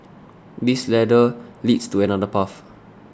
this ladder leads to another path